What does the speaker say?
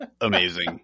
amazing